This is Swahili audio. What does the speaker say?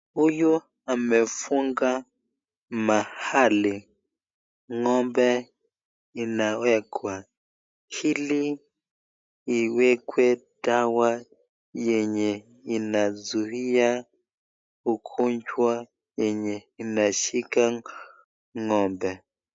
Huyu amefunga mahali ng'ombe inawekwa ili iwekewe dawa yenye inazuia ugonjwa yenye inashika ng'ombe.